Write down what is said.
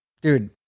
Dude